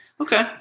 Okay